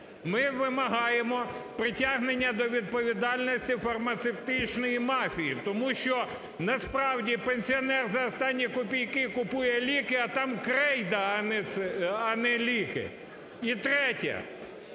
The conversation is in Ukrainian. Ми вимагаємо притягнення до відповідальності фармацевтичної мафії, тому що насправді пенсіонер за останні копійки купує ліки, а там крейда, а не ліки. І третє.